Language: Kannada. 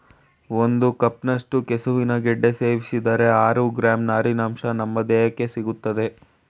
ಒಂದು ಕಪ್ನಷ್ಟು ಕೆಸುವಿನ ಗೆಡ್ಡೆ ಸೇವಿಸಿದರೆ ಆರು ಗ್ರಾಂ ನಾರಿನಂಶ ನಮ್ ದೇಹಕ್ಕೆ ಸಿಗ್ತದೆ